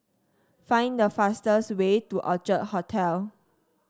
find the fastest way to Orchard Hotel